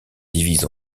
divise